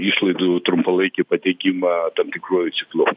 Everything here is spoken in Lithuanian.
išlaidų trumpalaikį pateikimą tam tikruoju ciklu